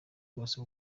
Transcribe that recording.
bwose